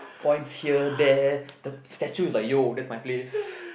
points here there the statue is like yo that's my place